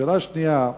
שאלה שנייה,